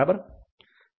500 છે બરાબર